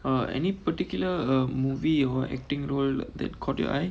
or any particular uh movie or acting role that caught your eye